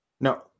No